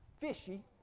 fishy